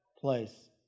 place